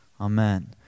Amen